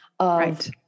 Right